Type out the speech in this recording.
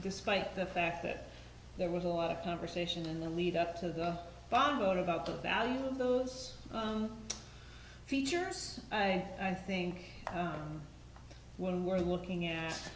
despite the fact that there was a lot of conversation in the lead up to the bummer about the value of those young features i i think when we're looking at